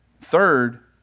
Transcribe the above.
Third